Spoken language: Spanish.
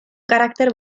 carácter